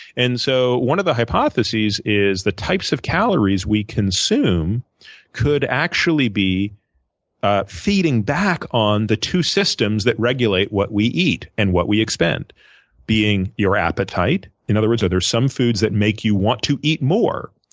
and so one of the hypothesis is the types of calories we consume could actually be ah feeding back on the two systems that regulate what we eat and what we expend being your appetite. in other words, are there some foods that make you want to eat more?